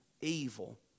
evil